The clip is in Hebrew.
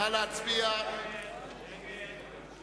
ההסתייגות של